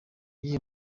iyihe